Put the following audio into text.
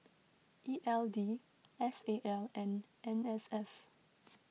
E L D S A L and N S F